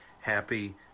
happy